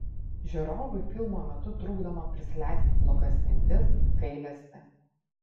žiūrovui filmo metu trukdoma prisileisti blogas mintis gailestį